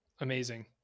Amazing